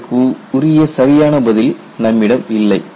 இதற்கு உரிய சரியான பதில் நம்மிடம் இல்லை